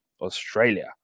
Australia